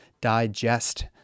digest